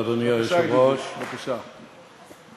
אדוני היושב-ראש, תודה,